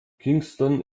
kingston